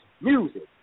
music